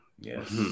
Yes